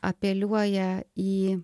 apeliuoja į